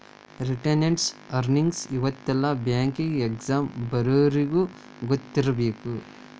retained earnings ಇಂತಾವೆಲ್ಲ banking exam ಬರ್ಯೋರಿಗಿ ಗೊತ್ತಿರ್ಬೇಕು